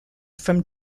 from